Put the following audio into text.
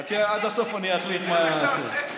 חכה עד הסוף, אחליט מה אעשה.